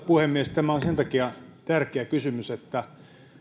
puhemies tämä on sen takia tärkeä kysymys että